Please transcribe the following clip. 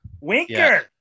Winker